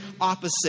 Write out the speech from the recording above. opposite